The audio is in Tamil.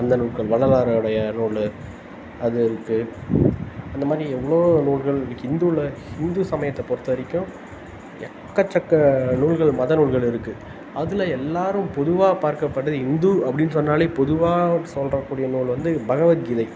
அந்த நூட்கள் வள்ளலாருடைய நூலு அது இருக்கு அந்த மாதிரி எவ்வளோ நூல்கள் இன்றைக்கு இந்துவில ஹிந்து சமயத்தை பொறுத்த வரைக்கும் எக்கச்சக்க நூல்கள் மத நூல்கள் இருக்கு அதில் எல்லாரும் பொதுவாக பார்க்கப்படுது இந்து அப்படின் சொன்னாலே பொதுவாக சொல்லுறக்கூடிய நூல் வந்து பகவத்கீதை